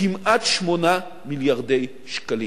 כמעט 8 מיליארדי שקלים.